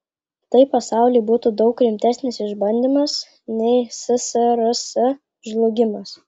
tai pasauliui būtų daug rimtesnis išbandymas nei ssrs žlugimas